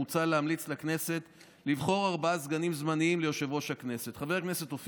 מוצע להמליץ לכנסת לבחור ארבעה סגנים זמניים